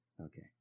Okay